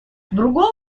другого